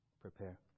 prepare